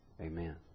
Amen